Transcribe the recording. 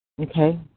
Okay